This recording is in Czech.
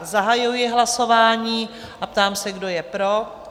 Zahajuji hlasování a ptám se, kdo je pro?